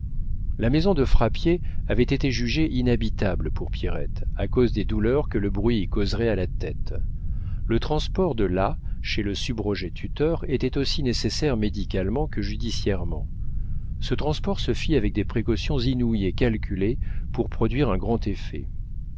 la maison de frappier avait été jugée inhabitable pour pierrette à cause des douleurs que le bruit y causerait à la tête le transport de là chez le subrogé-tuteur était aussi nécessaire médicalement que judiciairement ce transport se fit avec des précautions inouïes et calculées pour produire un grand effet